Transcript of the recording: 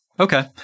Okay